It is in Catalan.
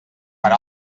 per